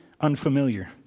unfamiliar